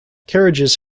carriages